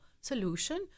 solution